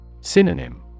Synonym